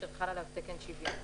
אשר חל עליו תקן 70,